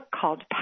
called